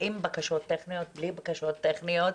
עם בקשות טכניות או בלי בקשות טכניות.